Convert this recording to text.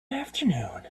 afternoon